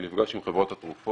אני נפגש עם חברות התרופות,